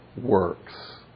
works